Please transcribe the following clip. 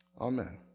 Amen